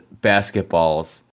basketballs